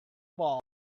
ball